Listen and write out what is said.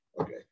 Okay